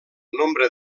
nombre